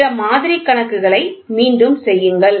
பிற மாதிரி கணக்குகளை மீண்டும் செய்யுங்கள்